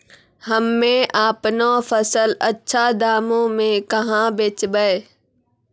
हम्मे आपनौ फसल अच्छा दामों मे कहाँ बेचबै?